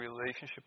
relationship